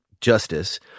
justice